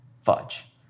fudge